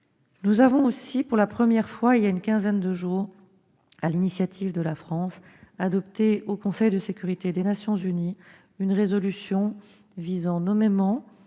Nous avons aussi, pour la première fois il y a une quinzaine de jours, sur l'initiative de la France, adopté au Conseil de sécurité des Nations unies une résolution visant nommément